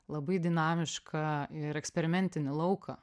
labai dinamišką ir eksperimentinį lauką